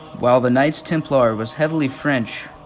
while the knights templar was heavily french,